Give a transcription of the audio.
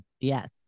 Yes